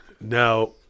Now